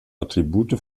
attribute